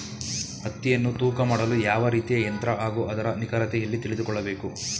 ಹತ್ತಿಯನ್ನು ತೂಕ ಮಾಡಲು ಯಾವ ರೀತಿಯ ಯಂತ್ರ ಹಾಗೂ ಅದರ ನಿಖರತೆ ಎಲ್ಲಿ ತಿಳಿದುಕೊಳ್ಳಬೇಕು?